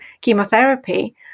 chemotherapy